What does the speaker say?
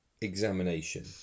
Examination